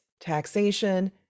taxation